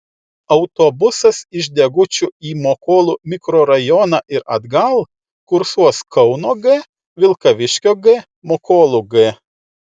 autobusas iš degučių į mokolų mikrorajoną ir atgal kursuos kauno g vilkaviškio g mokolų g